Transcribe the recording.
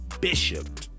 bishop